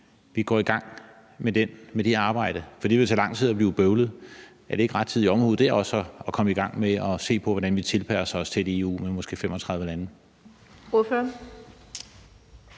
vi går i gang med det arbejde, for det vil tage lang tid og blive bøvlet? Er det ikke rettidig omhu også der at komme i gang med at se på, hvordan vi tilpasser os til et EU med måske 35 lande?